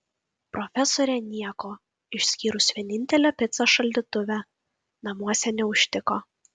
profesorė nieko išskyrus vienintelę picą šaldytuve namuose neužtiko